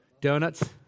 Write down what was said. Donuts